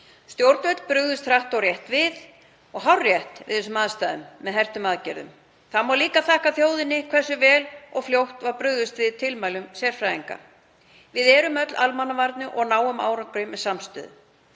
Stjórnvöld brugðust hratt og hárrétt við þessum aðstæðum með hertum aðgerðum. Það má líka þakka þjóðinni hversu vel og fljótt var brugðist við tilmælum sérfræðinga. Við erum öll almannavarnir og náum árangri með samstöðu.